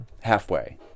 halfway